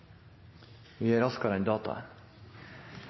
vi data